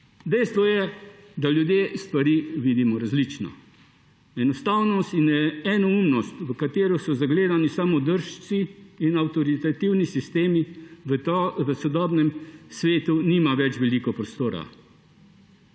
Dejstvo je, da ljudje stvari vidimo različno. Enostavno enoumnost, v katero so zagledani samodržci in avtoritativni sistemi, v sodobnem svetu nima več veliko prostora.